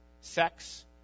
sex